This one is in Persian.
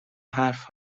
حرف